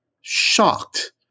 shocked